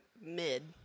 mid